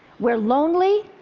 we're lonely,